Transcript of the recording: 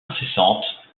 incessantes